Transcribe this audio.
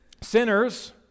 sinners